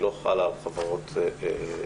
היא לא על חברות פרטיות.